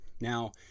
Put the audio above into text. Now